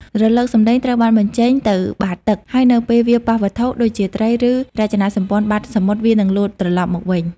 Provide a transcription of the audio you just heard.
រលកសំឡេងត្រូវបានបញ្ចេញទៅបាតទឹក ហើយនៅពេលវាប៉ះវត្ថុ ដូចជាត្រី ឬរចនាសម្ព័ន្ធបាតសមុទ្រ វានឹងលោតត្រឡប់មកវិញ។